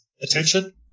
attention